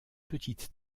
petite